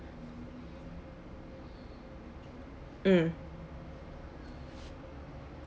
mm